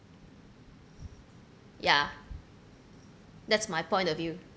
ya that's my point of view